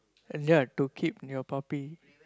and ya to keep your puppy